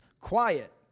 quiet